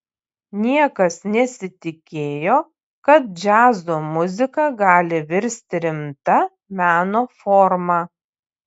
niekas nesitikėjo kad džiazo muzika gali virsti rimta meno forma